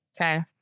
Okay